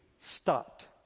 stopped